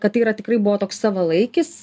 kad tai yra tikrai buvo toks savalaikis